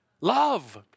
love